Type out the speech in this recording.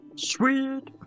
sweet